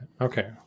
Okay